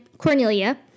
Cornelia